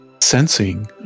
sensing